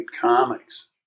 comics